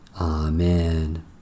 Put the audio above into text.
Amen